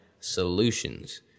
solutions